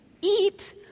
eat